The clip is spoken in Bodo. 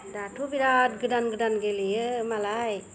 दाथ' बिराद गोदान गोदान गेलेयो मालाय